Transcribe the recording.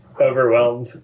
overwhelmed